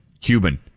Cuban